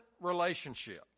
relationship